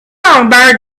songbird